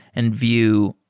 and vue.